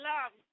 Love